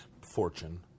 fortune